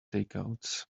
takeouts